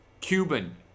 Cuban